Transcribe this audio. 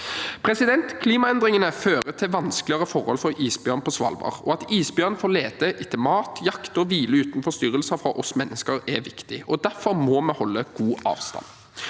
ferdsel. Klimaendringene fører til vanskeligere forhold for isbjørn på Svalbard. At isbjørnen får lete etter mat, jakte og hvile uten forstyrrelser fra oss mennesker, er viktig, og derfor må vi holde god avstand.